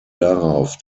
darauf